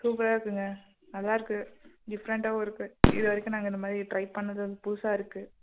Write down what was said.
சூப்பராக இருக்குதுங்க நல்லா இருக்குது டிஃப்ரெண்ட்டாகவும் இருக்குது இதுவரைக்கும் நாங்கள் இந்த மாதிரி ட்ரை பண்ணிணது வந்து புதுசாக இருக்குது